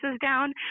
down